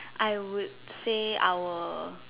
I would say I will